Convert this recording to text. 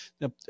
Now